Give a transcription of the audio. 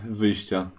wyjścia